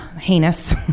heinous